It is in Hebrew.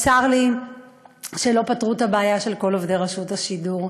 צר לי שלא פתרו את הבעיה של כל עובדי רשות השידור.